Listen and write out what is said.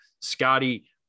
Scotty